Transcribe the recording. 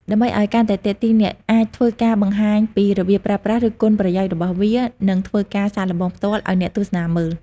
ដើម្បីឲ្យកាន់តែទាក់ទាញអ្នកអាចធ្វើការបង្ហាញពីរបៀបប្រើប្រាស់ ឬគុណប្រយោជន៍របស់វា និងធ្វើការសាកល្បងផ្ទាល់ឲ្យអ្នកទស្សនាមើល។